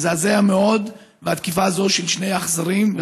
מזעזעת מאוד התקיפה הזאת של שני האכזרים.